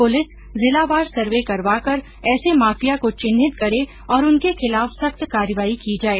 police जिलावार survey करवाकर ऐसे माफिया को चिन्हित करे और उनके खिलाफ सख्त कार्रवाई की जाए